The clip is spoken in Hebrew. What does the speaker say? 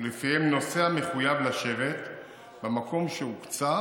ולפיהם נוסע מחויב לשבת במקום שהוקצה